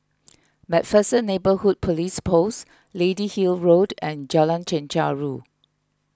MacPherson Neighbourhood Police Post Lady Hill Road and Lorong Chencharu